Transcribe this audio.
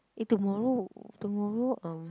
eh tomorrow tomorrow um